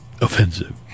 Offensive